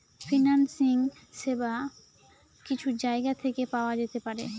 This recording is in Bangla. ফিন্যান্সিং সেবা কিছু জায়গা থেকে পাওয়া যেতে পারে